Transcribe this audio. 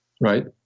Right